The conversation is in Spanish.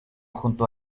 junto